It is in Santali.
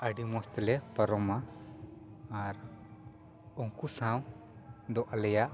ᱟᱹᱰᱤ ᱢᱚᱡᱽ ᱛᱮᱞᱮ ᱯᱟᱨᱚᱢᱟ ᱟᱨ ᱩᱱᱠᱩ ᱥᱟᱶ ᱫᱚ ᱟᱞᱮᱭᱟᱜ